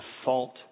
default